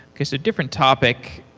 guess a different topic,